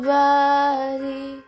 body